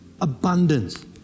abundance